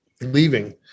leaving